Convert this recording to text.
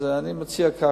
אז אני מציע ככה: